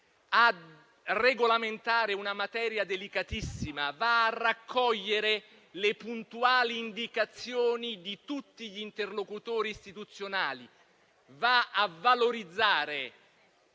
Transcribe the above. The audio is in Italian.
a regolamentare una materia delicatissima, va a raccogliere le puntuali indicazioni di tutti gli interlocutori istituzionali, va a valorizzare